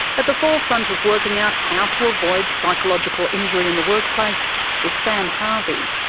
at the forefront of working out how to avoid psychological injury in the workplace is sam harvey.